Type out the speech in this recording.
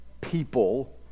people